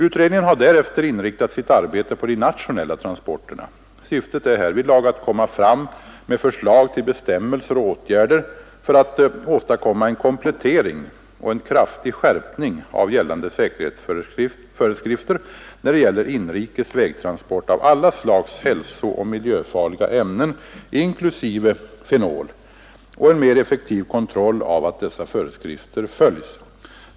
Utredningen har därefter inriktat sitt arbete på de nationella transporterna. Syftet är härvidlag att komma fram med förslag till bestämmelser och åtgärder för att åstadkomma en komplettering och en kraftig skärpning av gällande säkerhetsföreskrifter när det gäller inrikes vägtransport av alla slags hälsooch miljöfarliga ämnen, inklusive fenol, och en mer effektiv kontroll av att dessa föreskrifter följs.